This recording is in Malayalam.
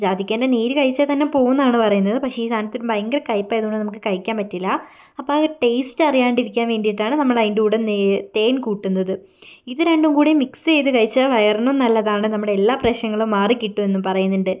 ജാതിക്കേൻ്റെ നീര് കഴിച്ചാൽത്തന്നെ പോവുമെന്നാണു പറയുന്നത് പക്ഷെ ഈ സാധനത്തിന് ഭയങ്കര കയ്പ്പായതുകൊണ്ട് നമുക്കു കഴിയ്ക്കാൻ പറ്റില്ല അപ്പം അത് ടേസ്റ്റ് അറിയാതിരിക്കാൻ വേണ്ടിയിട്ടാണ് നമ്മളതിന്റെ കൂടെ നെയ്യ് തേൻ കൂട്ടുന്നത് ഇത് രണ്ടും കൂടി മിക്സ് ചെയ്തു കഴിച്ചാൽ വയറിനും നല്ലതാണ് നമ്മുടെ എല്ലാ പ്രശ്നങ്ങളും മാറി കിട്ടുമെന്നും പറയുന്നുണ്ട്